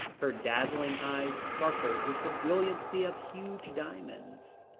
her dazzling eyes sparkled with the brilliancy of huge diamonds.